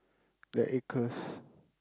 the acres